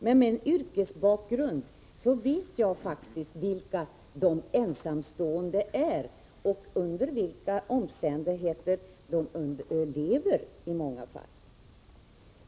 Med min yrkesbakgrund vet jag vilka de ensamstående är och under vilka omständigheter de i många fall lever.